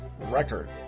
record